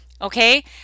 okay